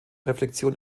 reflexion